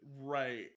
Right